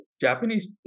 Japanese